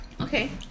Okay